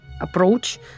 approach